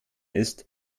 ist